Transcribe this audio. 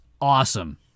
awesome